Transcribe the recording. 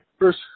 First